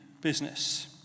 business